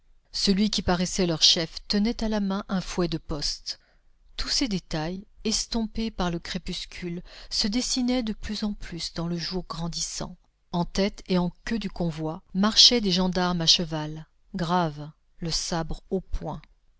celui qui paraissait leur chef tenait à la main un fouet de poste tous ces détails estompés par le crépuscule se dessinaient de plus en plus dans le jour grandissant en tête et en queue du convoi marchaient des gendarmes à cheval graves le sabre au poing